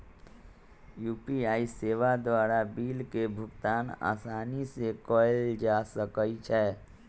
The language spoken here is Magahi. यू.पी.आई सेवा द्वारा बिल के भुगतान असानी से कएल जा सकइ छै